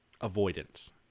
avoidance